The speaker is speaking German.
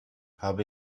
habe